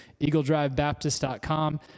eagledrivebaptist.com